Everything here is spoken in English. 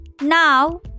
Now